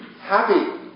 happy